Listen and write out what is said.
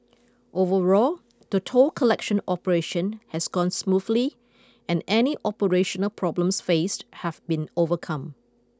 overall the toll collection operation has gone smoothly and any operational problems faced have been overcome